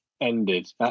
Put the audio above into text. Ended